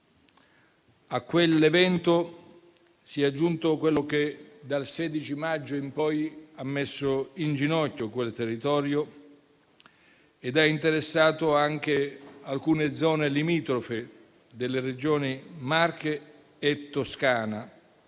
A tale evento si è aggiunto quello che, dal 16 maggio in poi, ha messo in ginocchio il territorio, interessando anche alcune zone limitrofe delle Regioni Marche e Toscana,